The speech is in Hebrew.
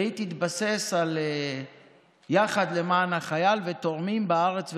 והיא התבססה על יחד למען החייל ותורמים בארץ ובעולם,